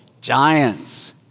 Giants